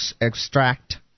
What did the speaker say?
extract